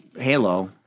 Halo